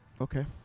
Okay